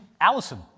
Allison